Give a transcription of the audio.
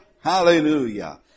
Hallelujah